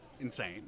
insane